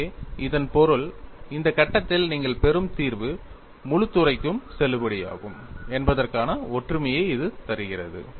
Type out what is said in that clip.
எனவே இதன் பொருள் இந்த கட்டத்தில் நீங்கள் பெறும் தீர்வு முழுத் துறைக்கும் செல்லுபடியாகும் என்பதற்கான ஒற்றுமையை இது தருகிறது